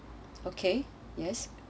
okay yes